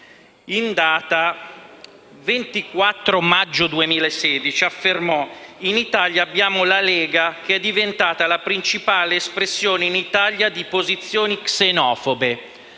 in data 24 maggio 2016 affermò: «In Italia abbiamo la Lega, che è diventata la principale espressione in Italia di posizioni xenofobe».